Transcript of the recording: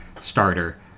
Starter